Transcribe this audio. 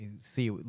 See